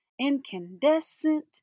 incandescent